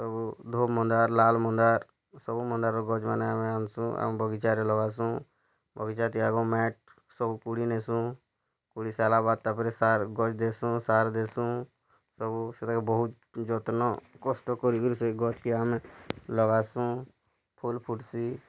ସବୁ ଧୋବ୍ ମନ୍ଦାର୍ ଲାଲ୍ ମନ୍ଦାର୍ ସବୁ ମନ୍ଦାର୍ ଗଛ୍ମାନେ ଆମେ ଆନ୍ସୁଁ ଆମ ବଗିଚାରେ ଲଗାସୁଁ ବଗିଚାଟି ଆଗ୍ ମାଟ୍ ସବୁ ପୋଡ଼ି ନେସୁଁ ପୋଡ଼ି ସାରିଲା ବାଦ୍ ତା'ପରେ ସାର୍ ଗଛ୍ ଦେସୁଁ ସାର୍ ଦେସୁଁ ସବୁ ଗଛ୍ରେ ବହୁତ୍ ଯତ୍ନ କଷ୍ଟ କରି କିରି ସେ ଗଛ୍ କେ ଆମେ ଲଗାସୁଁ ଫୁଲ୍ ଫୁଟ୍ସି